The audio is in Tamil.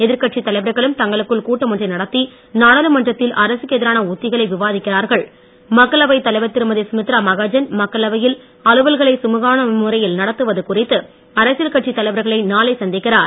எதிர்கட்சித் தலைவர்களும் தங்களுக்குள் கூட்டம் ஒன்றை நடத்தி நாடாளுமன்றத்தில் அரசுக்கு எதிரான உத்திகளை விவாதிக்கிறார்கள் மக்களவை தலைவர் திருமதி சுமித்ரா மகாஜன் மக்களவையில் அலுவல்களை சுமுகமான முறையில் நடத்துவது குறித்து அரசியல் கட்சி தலைவர்களை நாளை சந்திக்கிறார்